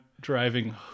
driving